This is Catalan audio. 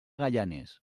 gaianes